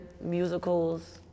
musicals